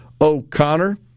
O'Connor